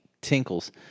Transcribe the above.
tinkles